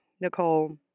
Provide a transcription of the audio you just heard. Nicole